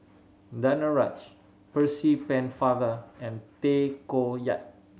Danaraj Percy Pennefather and Tay Koh Yat